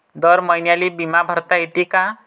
दर महिन्याले बिमा भरता येते का?